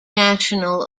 national